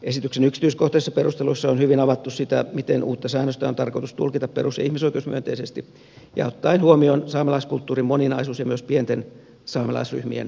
esityksen yksityiskohtaisissa perusteluissa on hyvin avattu sitä miten uutta säännöstä on tarkoitus tulkita perus ja ihmisoikeusmyönteisesti ja ottaen huomioon saamelaiskulttuurin moninaisuus ja myös pienten saamelaisryhmien oikeudet